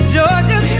Georgia